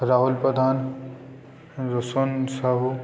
Rahul Pradhan Roshan Sahu